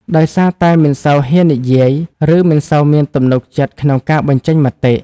ដោយសារតែមិនសូវហ៊ាននិយាយ ឬមិនសូវមានទំនុកចិត្តក្នុងការបញ្ចេញមតិ។